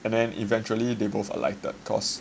and then eventually they both alighted cause